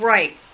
Right